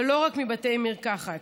ולא רק מבתי מרקחת.